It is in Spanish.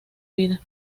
vida